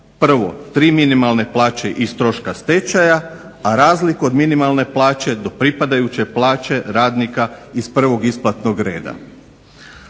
Prvo, tri minimalne plaće iz troška stečaja, a razliku od minimalne plaće do pripadajuće plaće radnika iz prvog isplatnog reda.